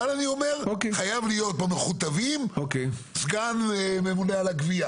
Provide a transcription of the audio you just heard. אבל אני אומר - במכותבים חייב להיות סגן ממונה על הגבייה,